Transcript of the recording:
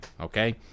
okay